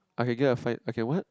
okay get a fight okay what